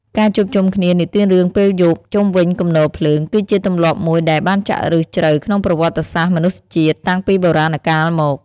ការជួបជុំគ្នានិទានរឿងពេលយប់ជុំវិញគំនរភ្លើង គឺជាទម្លាប់មួយដែលបានចាក់ឫសជ្រៅក្នុងប្រវត្តិសាស្ត្រមនុស្សជាតិ តាំងពីបុរាណកាលមក។